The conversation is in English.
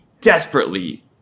desperately